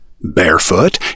Barefoot